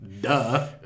Duh